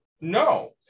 no